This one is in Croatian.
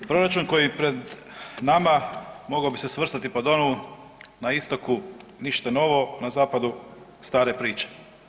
Proračun koji je pred nama mogao bi se svrstati pod onu na istoku ništa novo, na zapadu stare priče.